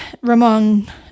Ramon